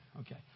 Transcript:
okay